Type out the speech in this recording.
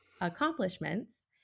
accomplishments